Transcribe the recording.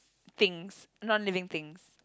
things non living things